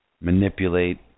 manipulate